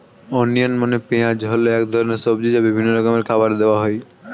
onion মানে পেঁয়াজ হল এক ধরনের সবজি যা বিভিন্ন রকমের খাবারে দেওয়া হয়